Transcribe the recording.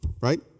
right